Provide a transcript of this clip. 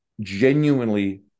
genuinely